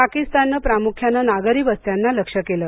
पाकिस्तानन प्रामुख्यान नागरी वस्त्यांना लक्ष्य केलं